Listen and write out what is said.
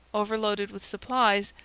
overloaded with supplies,